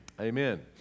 amen